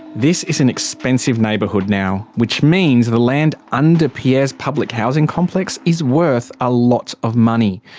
this is an expensive neighbourhood now, which means the land under pierre's public housing complex is worth a lot of money.